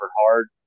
hard